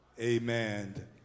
Amen